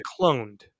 Cloned